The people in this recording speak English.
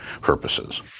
purposes